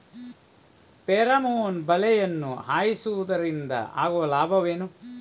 Pheromone ಬಲೆಯನ್ನು ಹಾಯಿಸುವುದರಿಂದ ಆಗುವ ಲಾಭವೇನು?